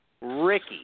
Ricky